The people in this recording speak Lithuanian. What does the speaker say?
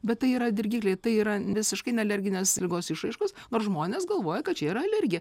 bet tai yra dirgikliai tai yra visiškai ne alerginės ligos išraiškos nors žmonės galvoja kad čia yra alergija